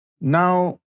Now